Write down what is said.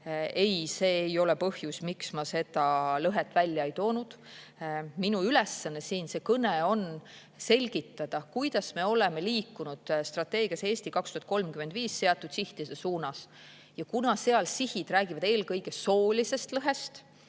Ei, see ei ole põhjus, miks ma seda lõhet välja ei toonud. Minu ülesanne siin selles kõnes on selgitada, kuidas me oleme liikunud strateegias "Eesti 2035" seatud sihtide suunas. Ja kuna seal sihid räägivad eelkõige soolisest lõhest,